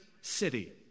city